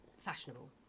fashionable